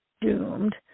doomed